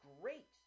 great